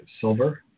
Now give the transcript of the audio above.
silver